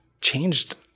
changed